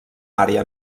àrea